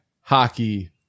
hockey